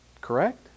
Correct